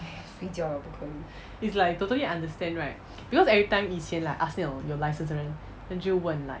is like totally understand right because every time 以前 like ask 那种有:na you licence 的人 then 就问 like